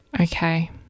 Okay